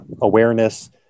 awareness